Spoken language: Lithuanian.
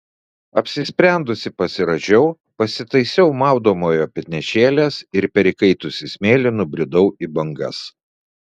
apsisprendusi pasirąžiau pasitaisiau maudomojo petnešėles ir per įkaitusį smėlį nubridau į bangas